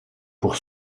pour